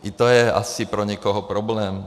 I to je asi pro někoho problém.